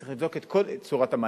צריך לבדוק את כל צורת המענים.